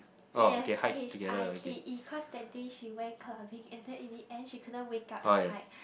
yes H_I_K_E cause that day she went clubbing and then in the end she couldn't wake up and hike